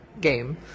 game